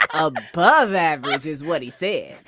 ah above average is what he say.